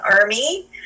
army